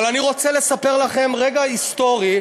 אבל אני רוצה לספר לכם על רגע היסטורי,